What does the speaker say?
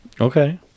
okay